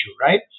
right